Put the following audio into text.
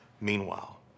meanwhile